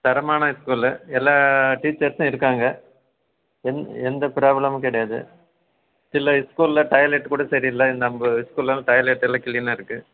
தரமான ஸ்கூலு எல்லா டீச்சர்ஸும் இருக்காங்க எந் எந்த ப்ராப்பலமும் கிடையாது சில ஸ்கூலில் டாய்லெட்டு கூட சரியில்லை நம்ம ஸ்கூலில் டாய்லெட் எல்லாம் க்ளீனாக இருக்குது